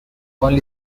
only